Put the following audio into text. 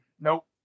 Nope